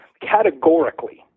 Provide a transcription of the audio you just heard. categorically